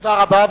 תודה רבה.